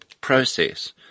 process